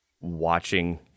watching